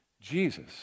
Jesus